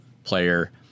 player